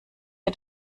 hat